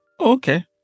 Okay